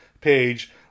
page